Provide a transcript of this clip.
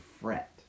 fret